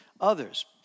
others